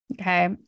Okay